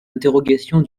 interrogation